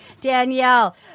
Danielle